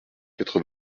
quatre